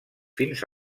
fins